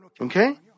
Okay